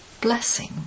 Blessing